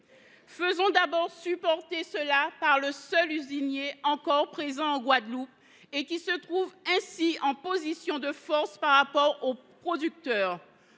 Faisons d’abord supporter cet effort par le seul usinier encore présent en Guadeloupe et qui se trouve ainsi en position de force par rapport aux producteurs.